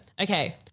Okay